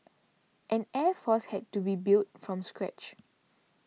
an air force had to be built from scratch